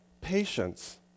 patience